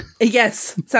yes